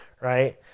right